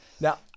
Now